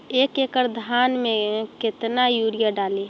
एक एकड़ धान मे कतना यूरिया डाली?